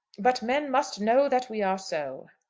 but men must know that we are so.